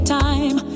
time